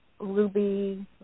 ruby